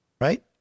right